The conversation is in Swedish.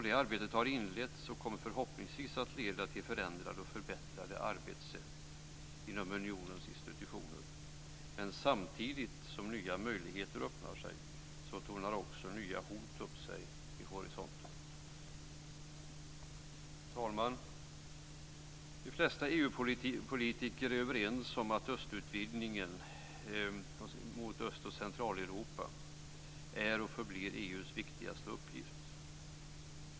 Det arbetet har inletts och kommer förhoppningsvis att leda till förändrade och förbättrade arbetssätt inom unionens institutioner, men samtidigt som nya möjlighet öppnar sig tornar också nya hot upp sig vid horisonten. Fru talman! De flesta EU-politiker är överens om att utvidgningen mot Öst och Centraleuropa är och förblir EU:s viktigaste uppgift.